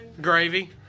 Gravy